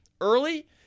early